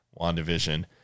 WandaVision